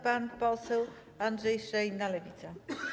Pan poseł Andrzej Szejna, Lewica.